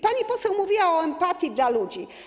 Pani poseł mówiła o empatii wobec ludzi.